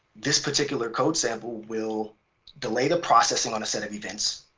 this particular code sample will delay the processing on a set of events.